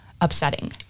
upsetting